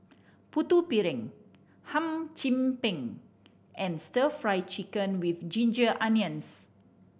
Putu Piring Hum Chim Peng and Stir Fry Chicken with ginger onions